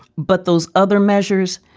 but those other measures.